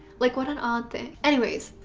like what an odd thing. anyways.